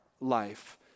life